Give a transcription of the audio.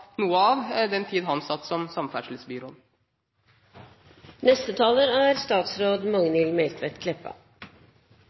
noe av for den tid han satt som